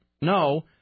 no